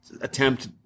attempt